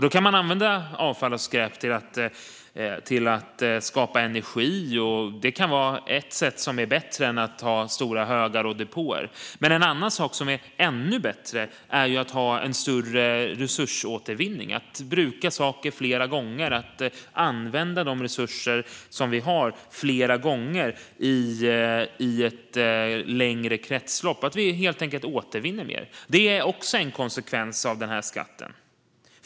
Då kan man använda avfall och skräp till att skapa energi. Det kan vara ett sätt som är bättre än att ha stora högar och depåer. Men ännu bättre är det att ha en större resursåtervinning, att bruka saker flera gånger och att använda de resurser som vi har flera gånger i ett längre kretslopp. Det handlar helt enkelt om att vi återvinner mer. Det är också en konsekvens av den här skatten.